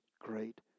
great